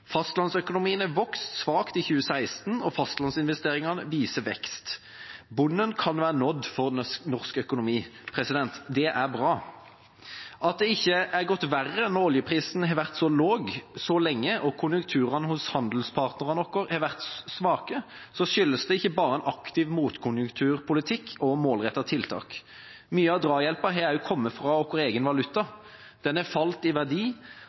Fastlandsøkonomien har vokst svakt i 2016, og fastlandsinvesteringene viser vekst. Bunnen kan være nådd for norsk økonomi. Det er bra. Når det ikke har gått verre når oljeprisen har vært så lav så lenge og konjunkturene hos handelspartnerne våre har vært svake, skyldes det ikke bare en aktiv motkonjunkturpolitikk og målrettede tiltak. Mye av drahjelpen har også kommet fra vår egen valuta. Den har falt i verdi